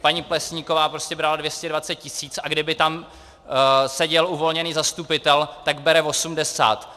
Paní Plesníková prostě brala 220 tisíc, a kdyby tam seděl uvolněný zastupitel, tak bere 80.